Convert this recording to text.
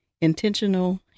intentional